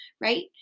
right